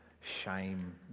shame